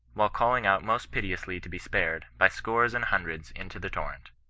while calling out most piteously to be spared, by scores and hundreds into the torrent.